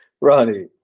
Ronnie